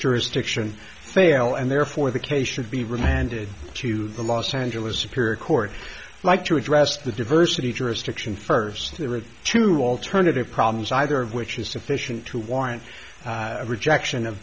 jurisdiction fail and therefore the case should be remanded to the los angeles superior court like to address the diversity jurisdiction first the right to alternative problems either of which is sufficient to warrant a rejection of